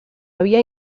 había